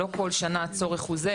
לא כל שנה הצורך הוא זהה.